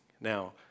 Now